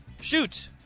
shoot